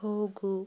ಹೋಗು